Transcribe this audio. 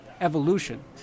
evolution